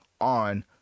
on